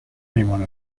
anyone